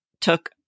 took